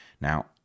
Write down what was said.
Now